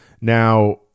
Now